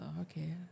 okay